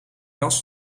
jas